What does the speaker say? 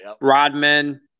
Rodman